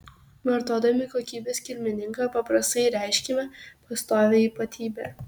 vartodami kokybės kilmininką paprastai reiškiame pastovią ypatybę